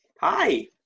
Hi